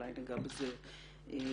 אולי ניגע בזה בהמשך.